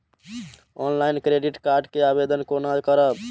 Online credit card के आवेदन कोना करब?